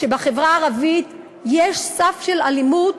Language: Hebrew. ובחברה הערבית יש סף של אלימות